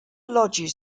lodges